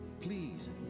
please